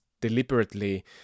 deliberately